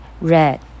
Red